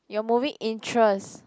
your movie interest